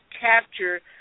capture